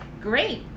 great